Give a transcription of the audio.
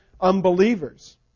unbelievers